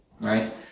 Right